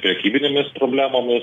prekybinėmis problemomis